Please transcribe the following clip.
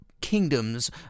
kingdoms